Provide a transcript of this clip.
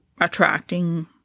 attracting